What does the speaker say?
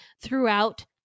throughout